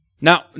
Now